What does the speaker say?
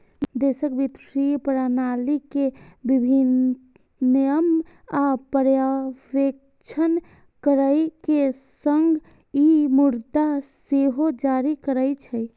देशक वित्तीय प्रणाली के विनियमन आ पर्यवेक्षण करै के संग ई मुद्रा सेहो जारी करै छै